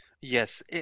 Yes